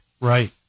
Right